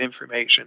information